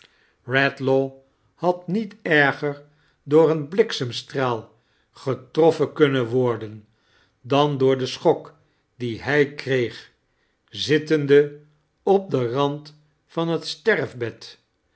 redlaw had niet erger door een bliksemstraal getroffen kunnen worden dan door den schok dien hij kreeg zittende op den rand van het sterfhed